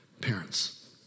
Parents